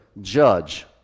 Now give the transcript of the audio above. judge